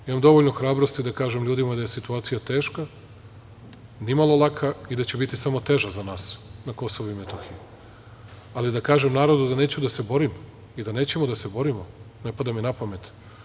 Imam dovoljno hrabrosti da kažem ljudima da je situacija teška, nimalo laka, i da će biti samo teža za nas na KiM, ali da kažem narodu da neću da se borim i da nećemo da se borimo, ne pada mi na pamet.